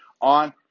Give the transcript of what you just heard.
on